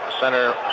Center